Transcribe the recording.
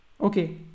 Okay